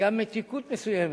גם מתיקות מסוימת.